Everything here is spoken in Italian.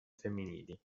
femminili